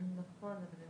יותר